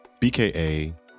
BKA